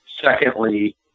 Secondly